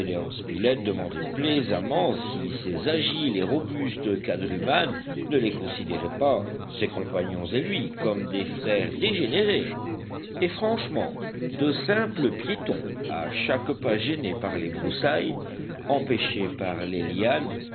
demandait plaisamment si ces agiles et robustes quadrumanes ne les considéraient pas ses compagnons et lui comme des frères dégénérés et franchement de simples piétons à chaque pas gênés par les broussailles empêchés par les lianes